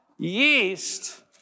Yeast